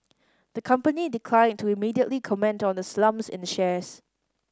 the company declined to immediately comment on the slumps in shares